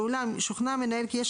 השלב הבא זה